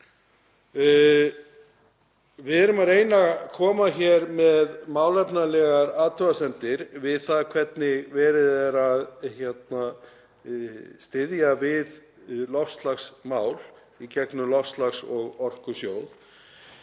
Við erum að reyna að koma hér með málefnalegar athugasemdir við það hvernig verið er að styðja við loftslagsmál í gegnum Loftslags- og orkusjóð